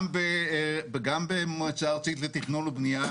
גם במועצה הארצית לתכנון ובנייה,